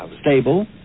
stable